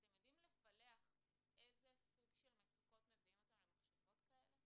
אתם יודעים לפלח איזה סוג של מצוקות מביאים אותם למחשבות כאלה?